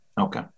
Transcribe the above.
Okay